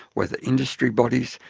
whether industry bodies,